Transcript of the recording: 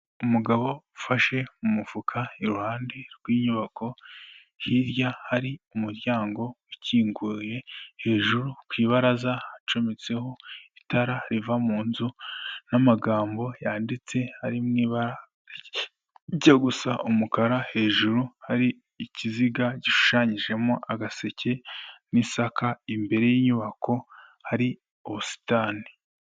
Umugabo ufashe mu mufuka iruhande rw'inyubako, hirya hari umuryango ukinguye, hejuru ku ibaraza hacometseho itara riva mu nzu n'amagambo yanditse ari mu ibara rijya gusa umukara, hejuru hari ikiziga gishushanyijemo agaseke n'isaka, imbere y'inyubako hari ubusitani.